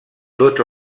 tots